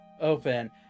open